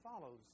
follows